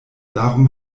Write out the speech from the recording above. darum